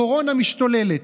הקורונה משתוללת,